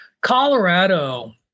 Colorado